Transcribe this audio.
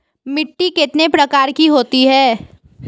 मिट्टी कितने प्रकार की होती हैं?